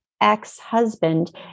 ex-husband